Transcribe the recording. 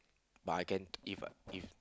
but I can if I if